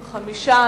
5,